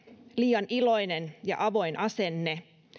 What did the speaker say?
liian iloinen ja avoin asenne